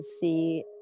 see